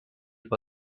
for